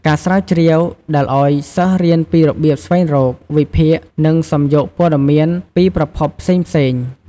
ការស្រាវជ្រាវដែលអោយ សិស្សរៀនពីរបៀបស្វែងរក វិភាគ និងសំយោគព័ត៌មានពីប្រភពផ្សេងៗ។